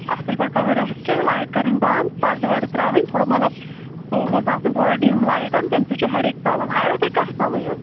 اصٕل پٲٹھۍ کرُن ریسٹ لایِٹ کَرٕنۍ بنٛد پردٕ وردٕ ترٛاوٕنۍ تھوڑا مظلب سُہ گژھِ آسٕنۍ تھوڑا ڈِم لایٹن تمہِ سٍتۍ چھُ ہیٚڈیک ژلان آیوا تۅہہِ کتھ سمٕجھ